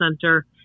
Center